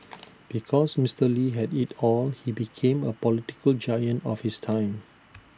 because Mister lee had IT all he became A political giant of his time